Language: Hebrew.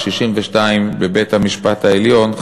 62% בבית-המשפט העליון,